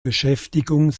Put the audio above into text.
beschäftigung